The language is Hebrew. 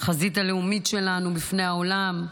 לחזית הלאומית שלנו בפני העולם,